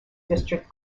district